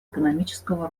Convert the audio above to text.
экономического